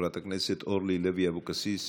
חברת הכנסת אורלי לוי אבקסיס,